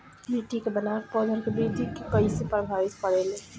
मिट्टी के बनावट पौधन के वृद्धि के कइसे प्रभावित करे ले?